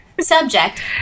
subject